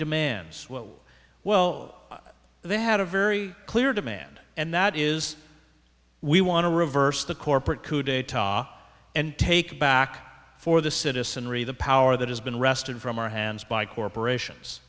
demands well they had a very clear demand and that is we want to reverse the corporate coup d'etat and take back for the citizen re the power that has been arrested from our hands by corporations